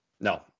No